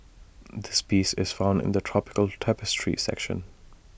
this piece is found in the tropical tapestry section